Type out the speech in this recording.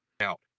out